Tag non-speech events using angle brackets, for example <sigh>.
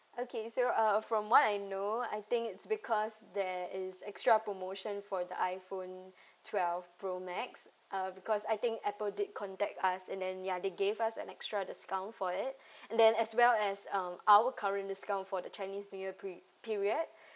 okay so uh from what I know I think it's because there is extra promotion for the iPhone twelve pro max uh because I think Apple did contact us and then ya they gave us an extra discount for it <breath> and then as well as um our current discount for the chinese new year pe~ period <breath>